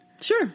sure